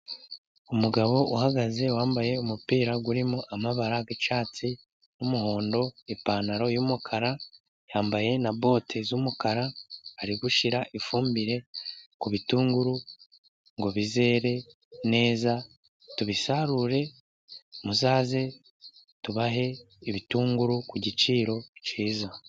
Umugabo uhagaze wambaye umupira urimo amabara y'icyatsi n'umuhondo. Ipantaro y'umukara, yambaye na boti z'umukara, ari gushyira ifumbire ku bitunguru ngo bizere neza tubisarure. Muzaze tubahe ibitunguru ku giciro cyiza.